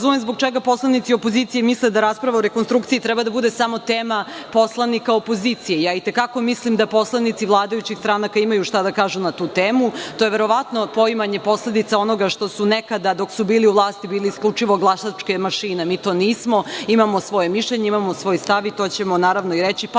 razumem zbog čega poslanici opozicije misle da rasprava o rekonstrukciji treba da bude samo tema poslanika opozicije. I te kako mislim da poslanici vladajućih stranaka imaju šta da kažu na tu temu. To je verovatno poimanje posledica onoga što su nekada dok su bili u vlasti bili isključivo glasačke mašine. Mi to nismo, imamo svoje mišljenje, imamo svoj stav i to ćemo, naravno, reći, pa